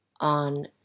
on